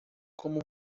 como